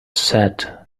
set